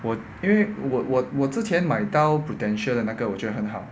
我因为我我我之前买到 prudential 的那个我觉得很好